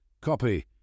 Copy